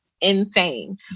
insane